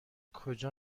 کجا